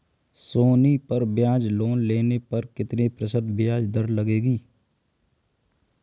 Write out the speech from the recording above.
सोनी पर लोन लेने पर कितने प्रतिशत ब्याज दर लगेगी?